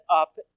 up